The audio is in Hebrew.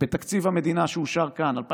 בתקציב המדינה שאושר כאן, 2022-2021,